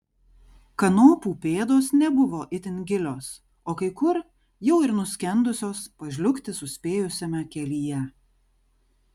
kanopų pėdos nebuvo itin gilios o kai kur jau ir nuskendusios pažliugti suspėjusiame kelyje